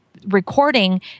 recording